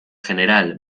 general